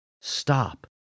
stop